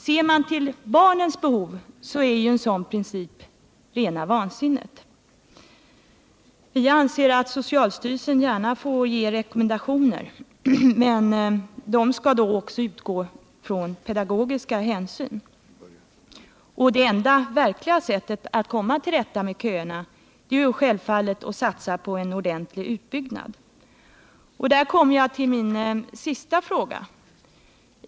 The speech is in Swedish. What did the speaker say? Om man ser till barnens behov, är en sådan princip rena vansinnet. Gärna köprinciper — men man måste också se till vad som är bäst för dagisverksamheten ur kvalitativa aspekter och jämställdhetssynpunkter. Vianser att socialstyrelsen gärna får ge rekommendationer, men de skall utgå ifrån pedagogiska hänsyn. Det enda riktiga sättet att komma till rätta med köerna är självfallet att satsa på en ordentlig utbyggnad. Och nu kommer jag till min sista fråga.